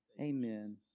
Amen